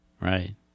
right